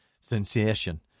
sensation